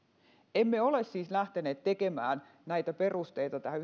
emme ole siis lähteneet tekemään näitä perusteita tähän